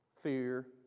fear